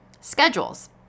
schedules